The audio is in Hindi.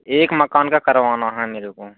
एक मकान का करवाना है मेरे को